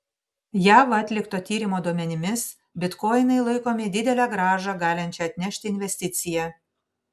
jav atlikto tyrimo duomenimis bitkoinai laikomi didelę grąžą galinčia atnešti investicija